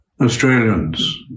Australians